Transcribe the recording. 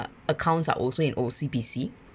uh accounts are also in O_C_B_C